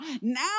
now